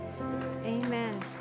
amen